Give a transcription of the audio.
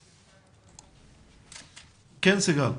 כן, סיגל.